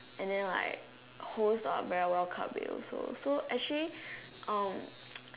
and then like host are very welcoming also so actually um